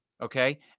okay